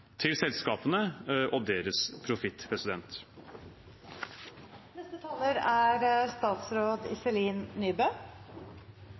til selskapene og deres profitt. Jeg er